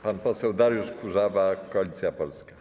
Pan poseł Dariusz Kurzawa, Koalicja Polska.